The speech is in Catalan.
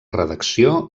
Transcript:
redacció